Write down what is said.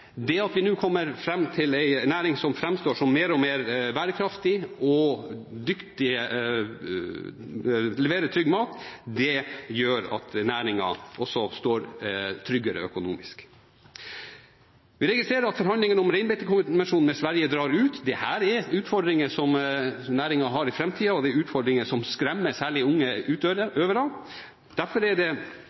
Det at vi nå kommer fram til en næring som framstår som mer og mer bærekraftig og dyktig, og som leverer trygg mat, gjør at næringen også står tryggere økonomisk. Vi registrerer at forhandlingene om reinbeitekonvensjonen med Sverige drar ut. Dette er utfordringer som næringen vil ha i framtiden, og det er utfordringer som skremmer særlig unge utøvere. Derfor er det